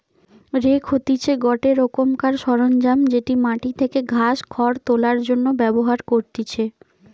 rake হতিছে গটে রোকমকার সরঞ্জাম যেটি মাটি থেকে ঘাস, খড় তোলার জন্য ব্যবহার করতিছে